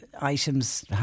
items